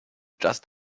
just